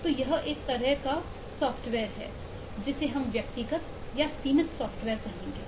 तो यह एक तरह का है सॉफ्टवेयर कहेंगे